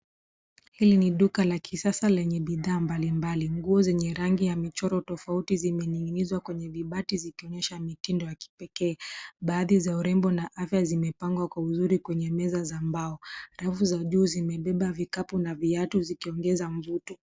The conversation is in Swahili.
Hili ni duka la kisasa lenye bidhaa mbalimbali nguo zenye rangi ya michoro tofauti zimeninginizwa kwenye vibati zikionyesha mitindo ya kipekee . Baadhi za urembo na afya zimepangwa kwa uzuri kwenye meza za mbao. Rafu za juu zimebeba vikapu na viatu zikiongeza mvuto.